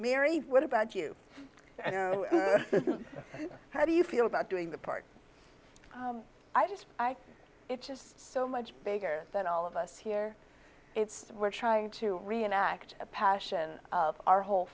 mary what about you and how do you feel about doing the part i just i it's just so much bigger than all of us here it's we're trying to reenact the passion of our whole